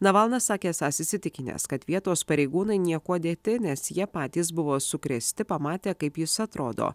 navalnas sakė esąs įsitikinęs kad vietos pareigūnai niekuo dėti nes jie patys buvo sukrėsti pamatę kaip jis atrodo